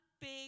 big